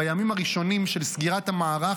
בימים הראשונים של סגירת המערך,